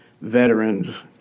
veterans